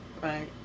Right